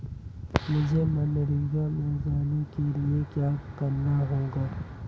मुझे मनरेगा में जाने के लिए क्या करना होगा?